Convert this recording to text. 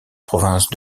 province